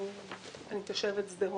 אני תושבת שדרות,